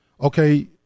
Okay